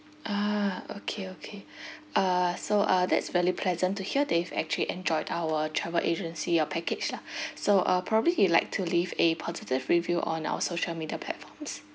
ah okay okay uh so uh that's really pleasant to hear that you've actually enjoyed our travel agency uh package lah so uh probably you like to leave a positive review on our social media platforms